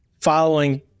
following